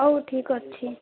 ହଉ ଠିକ୍ ଅଛି